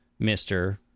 Mr